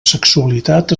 sexualitat